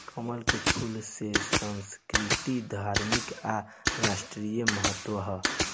कमल के फूल के संस्कृतिक, धार्मिक आ राष्ट्रीय महत्व ह